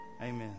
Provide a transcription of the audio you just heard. Amen